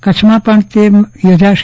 કચ્છમાં પણ તે યોજાશે